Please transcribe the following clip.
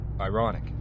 ironic